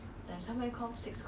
oh my god